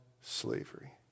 slavery